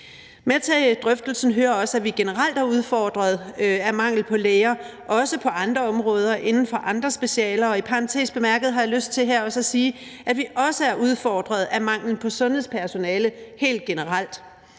Med til drøftelsen hører også, at vi generelt er udfordret af mangel på læger, også på andre områder, inden for andre specialer, og i parentes bemærket har jeg lyst til her også at sige, at vi også er udfordret af manglen på sundhedspersonale helt generelt.